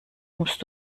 musst